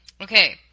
Okay